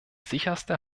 sicherste